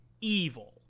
evil